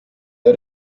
der